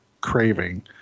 craving